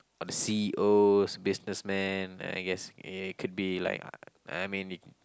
or the c_e_o businessman I guess it could be like I mean it